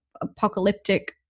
apocalyptic